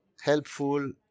helpful